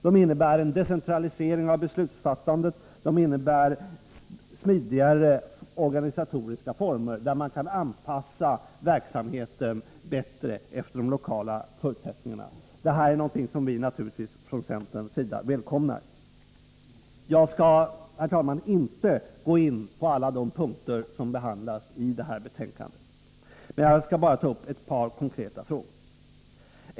De innebär en decentralisering av beslutsfattandet och smidigare organisatoriska former, där man kan anpassa verksamheten bättre efter de lokala förutsättningarna. Detta är någonting som vi från centerns sida naturligtvis välkomnar. Jag skall, herr talman, inte gå in på alla de punkter som behandlas i detta betänkande. Jag skall bara ta upp ett par konkreta frågor.